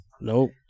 nope